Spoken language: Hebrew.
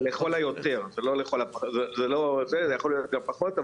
זה לכל היותר זה יכול להיות גם פחות,